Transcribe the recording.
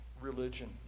Religion